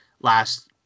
last